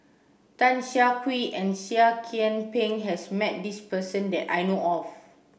Tan Siah Kwee and Seah Kian Peng has met this person that I know of